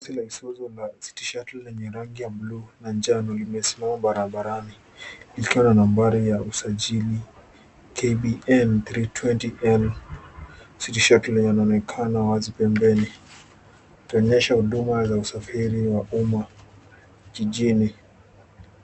Basi la Isuzu la city shuttle na yenye rangi ya bluu na njano limesimama barabarani likiwa na nambari ya usajili KBN320N city shuttle yanaonekana wazi pembeni ukionyesha huduma za usafiri wa umma jijini.